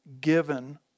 given